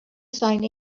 sign